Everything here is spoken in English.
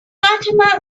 fatima